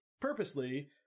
purposely